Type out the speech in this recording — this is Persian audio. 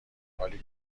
حالی